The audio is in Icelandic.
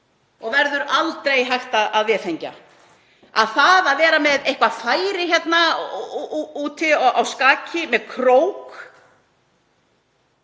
og verður aldrei hægt að vefengja: Það að vera með eitthvert færi úti á skaki með krók